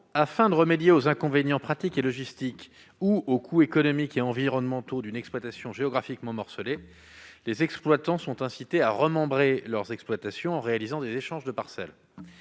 Afin de remédier aux inconvénients pratiques et logistiques ou aux coûts économiques et environnementaux d'une exploitation géographiquement morcelée, les exploitants sont incités à remembrer leurs exploitations en réalisant des échanges de parcelles.